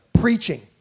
preaching